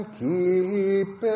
keep